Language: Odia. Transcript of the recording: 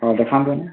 ହେଉ ଦେଖାନ୍ତୁନି